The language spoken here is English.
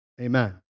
Amen